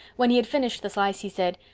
when he had finished the slice he said,